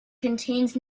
contains